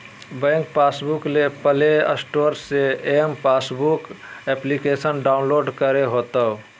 bank passbook ले play store से m passbook application download करे होतो